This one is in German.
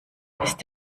ist